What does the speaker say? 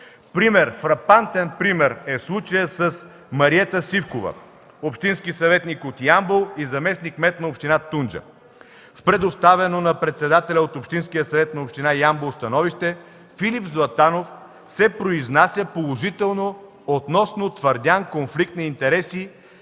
орган. Фрапантен пример е случаят с Мариета Сивкова – общински съветник от Ямбол и заместник-кмет на община Тунджа. В предоставеното на председателя на Общинския съвет на община Ямбол становище Филип Златанов се произнася положително относно твърдян конфликт на интереси